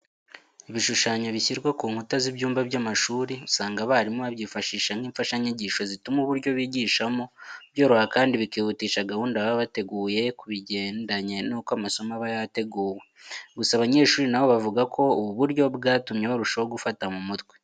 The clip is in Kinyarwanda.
Ibishushanyo bishyirwa ku nkuta z'ibyumba by'amashuri usanga abarimu babyifashisha nk'imfashanyigisho zituma uburyo bigishamo byoroha kandi bikihutisha gahunda baba bateguye ku bigendanye nuko amasomo aba yateguwe. Gusa abanyeshuri na bo bavuga ko ubu buryo bwatumye barushaho kufata mu mutwe.